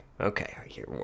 Okay